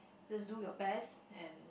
just do your best and